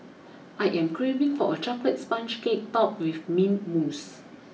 I am craving for a Chocolate Sponge Cake topped with Mint Mousse